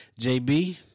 JB